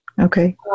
Okay